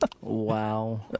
wow